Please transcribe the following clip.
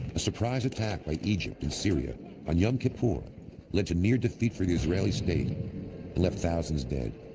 a surprise attack by egypt and syria on yom kippur, led to near defeat for the israeli state, and left thousands dead.